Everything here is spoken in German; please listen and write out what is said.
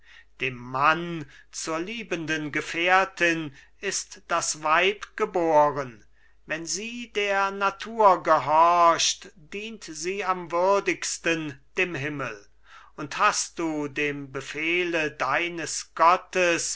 dem manne zur liebenden gefährtin ist das weib geboren wenn sie der natur gehorcht dient sie am würdigsten dem himmel und hast du dem befehle deines gottes